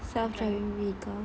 self-driving car